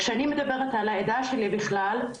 כשאני מדברת על העדה שלי בכלל,